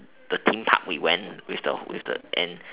the theme park we went with the with the and